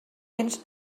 béns